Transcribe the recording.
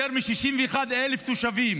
יותר מ-61,000 תושבים